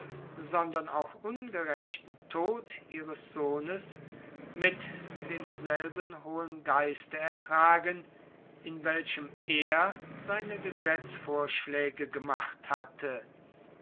sondern auch ungerächten tod ihres sohnes mit demselben hohen geiste ertragen in welchem er seine gesetzvorschläge gemacht hatte